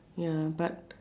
ya but